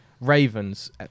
Ravens